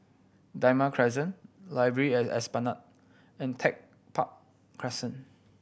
Damai Crescent Library at Esplanade and Tech Park Crescent